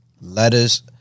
Letters